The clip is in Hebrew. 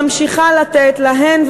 ממשיכה לתת להן,